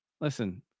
Listen